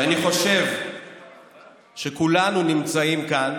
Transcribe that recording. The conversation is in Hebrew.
שאני חושב שכולנו נמצאים כאן